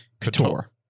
Couture